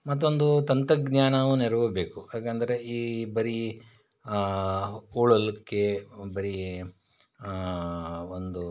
ಮತ್ತೊಂದು ತಂತ್ರಜ್ಞಾನವು ನೆರವು ಬೇಕು ಏಕೆಂದ್ರೆ ಈ ಬರಿ ಹೂಳಲಿಕ್ಕೆ ಬರೀ ಒಂದು